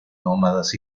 nómadas